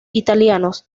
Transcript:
italianos